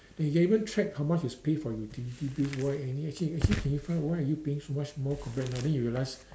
then you can even track how much you pay for utility bills why and you actually actually clarify why are you paying so much more compared now then you realise